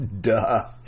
Duh